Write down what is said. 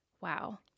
wow